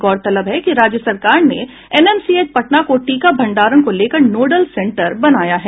गौरतलब है कि राज्य सरकार ने एनएमसीएच पटना को टीका भंडारण को लेकर नोडल सेंटर बनाया है